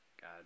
God